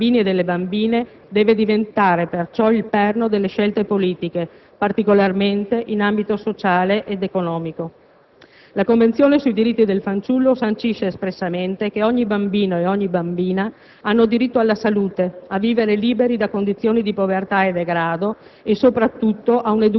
Il benessere dei bambini e delle bambine deve diventare, perciò, il perno delle scelte politiche, particolarmente in ambito sociale ed economico. La Convenzione sui diritti del fanciullo sancisce espressamente per ogni bambino e bambina il diritto alla salute, a vivere liberi da condizioni di povertà e degrado,